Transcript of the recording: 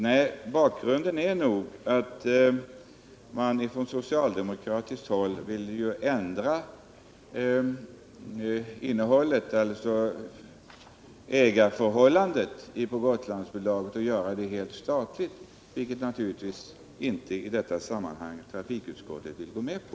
Nej, bakgrunden är nog att man från socialdemokratiskt håll vill ändra ägarförhållandet i Gotlandsbolaget och göra det helt statligt — vilket trafikutskottet naturligtvis inte vill gå med på.